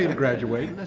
and graduate.